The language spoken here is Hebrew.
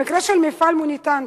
המקרה של מפעל "מוליתן",